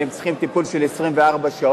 כי הם צריכים טיפול של 24 שעות,